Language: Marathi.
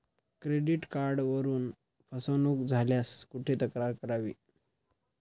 क्रेडिट कार्डवरून फसवणूक झाल्यास कुठे तक्रार करावी?